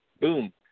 Boom